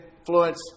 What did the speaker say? influence